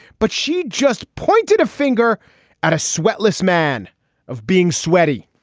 but she just pointed a finger at a swellest man of being sweaty.